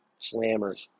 slammers